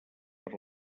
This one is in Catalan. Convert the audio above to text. per